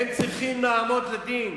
הם צריכים לעמוד לדין,